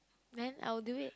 then I would do it